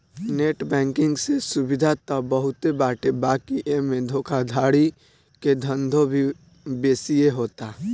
net banking से सुविधा त बहुते बाटे बाकी एमे धोखाधड़ी के धंधो भी बेसिये होता